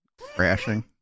crashing